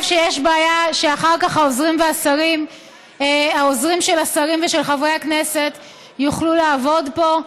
שיש בעיה שאחר כך העוזרים של השרים ושל חברי הכנסת יוכלו לעבוד פה.